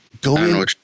Go